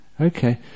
Okay